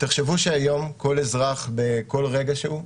תחשבו שהיום כל אזרח בכל רגע שהוא,